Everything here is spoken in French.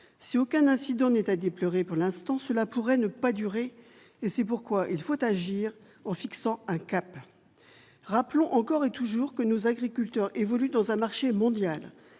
si aucun incident n'est à déplorer, pour l'instant, cela pourrait ne pas durer, et c'est pourquoi il faut agir en fixant un cap rappelons encore et toujours que nos agriculteurs évoluent dans un marché mondial,